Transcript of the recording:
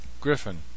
Griffin